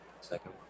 Second